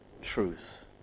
truth